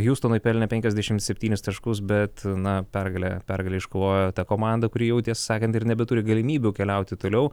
hiustonui pelnė penkiasdešimt septynis taškus bet na pergalę pergalę iškovojo ta komanda kuri jau tiesą sakant ir nebeturi galimybių keliauti toliau